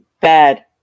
bad